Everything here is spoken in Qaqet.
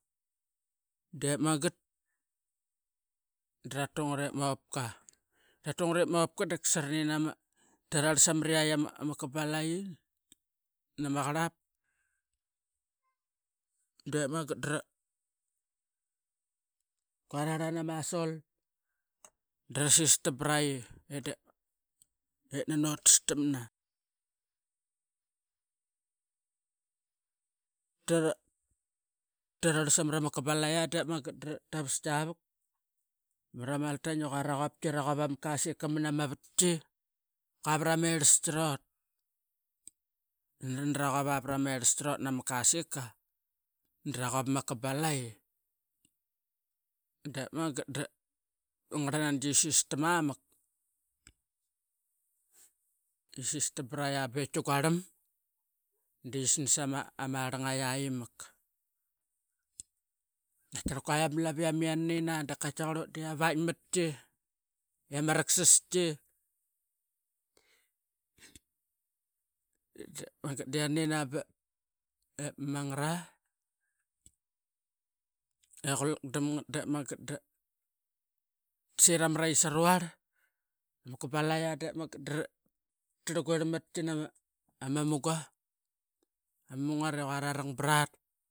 Dep magat dratu ngat ip mopka dakasa ranin tararl samariat ama kabalayi nama qarlap dep magat da qua rarlan ama sol dra sistam brai edep nono tas tamna. Tatarl samara ma kabalayi mara maltain era quap ama kasika mana ma munga vama vatki qua vara erlski rot. Dama raquap vara merlski nama kasika dra quap ama kabalayi dep magat da ma ngarlnangi ki sistam brai beki guarlam dia snas ama rlangai imak. Katiarl kua ama laviam iana nin a da katiqarl utdi ama vaitmatki iama raqsaski. Dep magat diana nin bep ma mangara equlak dam ngat dep magat dase ramarai sa ruarl ama kabalayi drarlguir matki namuga, nama mugat i qua rarang brat.